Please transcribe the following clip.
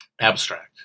abstract